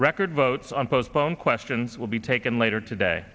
record votes on postpone questions will be taken later today